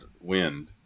wind